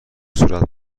صورت